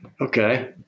Okay